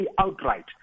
outright